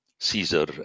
Caesar